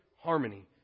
harmony